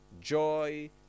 Joy